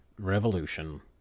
revolution